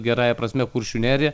gerąja prasme kuršių neriją